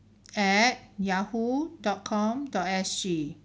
at yahoo dot com dot S G